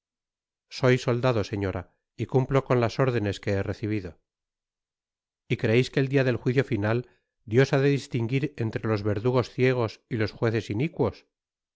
soy soldado señora y cumplo con las órdenes que he recibido y creeis que el dia del juicio final dios ha de distinguir entre los verdugos ciegos y los jueces inicuos